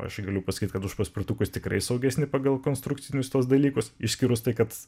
aš galiu pasakyt kad už paspirtukus tikrai saugesni pagal konstrukcinius tuos dalykus išskyrus tai kad